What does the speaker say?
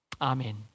Amen